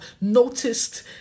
noticed